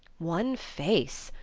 one face,